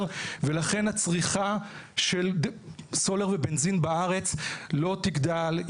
ולכן הצריכה של סולר ובנזין בארץ לא תגדל,